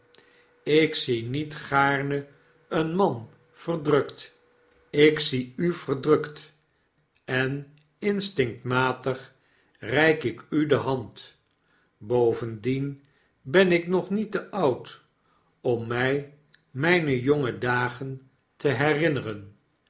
ik zie niet gaarne een man verdrukt ik zie u verdrukt en instinctmatig reik ik u de hand bovendien ben ik nog niet te oud om mij mijne jonge dagen te herinneren